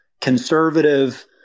conservative